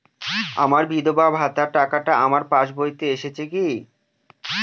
আমার বিধবা ভাতার টাকাটা আমার পাসবইতে এসেছে কি?